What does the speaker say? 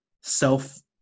self